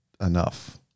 enough